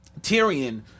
Tyrion